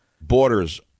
Borders